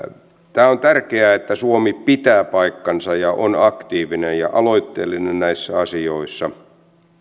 on tärkeää että suomi pitää paikkansa ja on aktiivinen ja aloitteellinen näissä asioissa